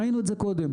ראינו את זה קודם.